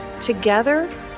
Together